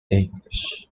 english